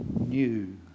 new